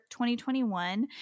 2021